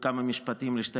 בכמה משפטים לשתי